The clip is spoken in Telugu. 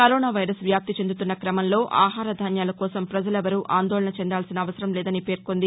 కరోనా వైరస్ వ్యాప్తి చెందుతున్న క్రమంలో ఆహార ధాన్యాల కోసం ప్రజలెవరూ ఆందోళన చెందాల్సిన అవసరం లేదని పేర్కొంది